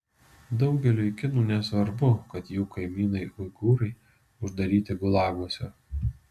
daugeliui kinų nesvarbu kad jų kaimynai uigūrai uždaryti gulaguose